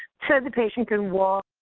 said the patient can walk